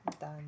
done